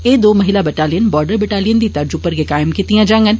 एह दो महिला बटालियन बाडर बटालियन दी तर्ज उप्पर गै कायम कीतियां जाडन